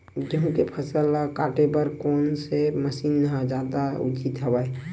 गेहूं के फसल ल काटे बर कोन से मशीन ह जादा उचित हवय?